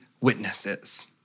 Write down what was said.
witnesses